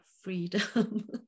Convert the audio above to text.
freedom